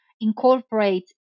incorporate